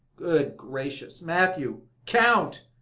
good gracious, matthew, count!